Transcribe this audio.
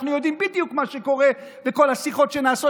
אנחנו יודעים בדיוק מה שקורה בכל השיחות שנעשות